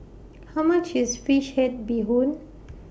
How much IS Fish Head Bee Hoon